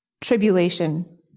tribulation